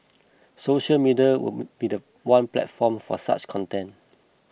social media would be the one platform for such content